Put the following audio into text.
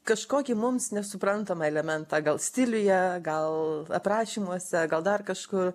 kažkokį mums nesuprantamą elementą gal stiliuje gal aprašymuose gal dar kažkur